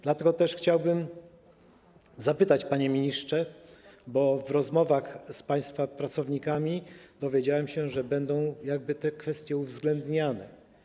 Dlatego też chciałbym zapytać, panie ministrze, bo w rozmowach z państwa pracownikami dowiedziałem się, że będą te kwestie uwzględniane.